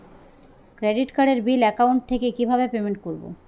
Credit কার্ডের bill account থেকে কিভাবে পেমেন্ট করবো?